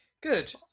Good